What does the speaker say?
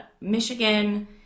Michigan